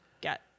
get